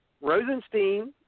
Rosenstein